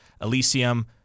Elysium